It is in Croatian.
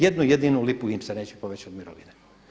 Jednu jedinu lipu im se neće povećati mirovine.